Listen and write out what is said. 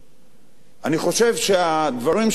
אני חושב שהדברים שאמרתי כאן